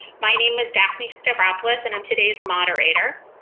my name is daphne stavropoulos and i'm today's moderator.